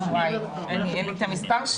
אין לי את המספר.